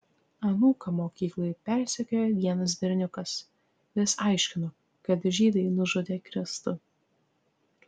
anūką mokykloje persekiojo vienas berniukas vis aiškino kad žydai nužudė kristų